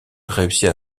réussit